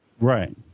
Right